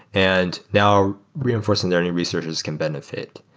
and now reinforcement learning researchers can benefit.